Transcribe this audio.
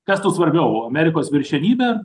kas tau svarbiau amerikos viršenybė